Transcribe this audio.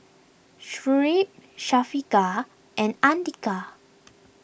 Shuib Syafiqah and andika